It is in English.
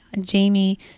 Jamie